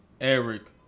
Eric